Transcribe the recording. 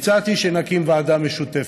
הצעתי שנקים ועדה משותפת.